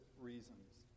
reasons